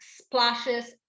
splashes